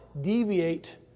deviate